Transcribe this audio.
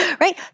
Right